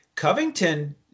Covington